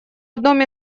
одном